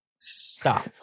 stop